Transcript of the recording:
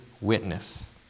witness